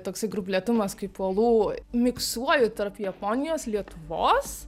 toksai grublėtumas kaip uolų miksuoju tarp japonijos lietuvos